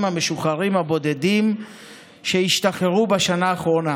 המשוחררים הבודדים שהשתחררו בשנה האחרונה.